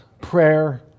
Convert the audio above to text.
prayer